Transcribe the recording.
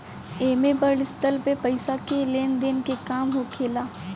एमे बड़ स्तर पे पईसा के लेन देन के काम होखेला